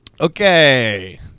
Okay